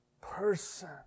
person